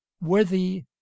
worthy